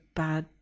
bad